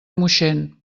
moixent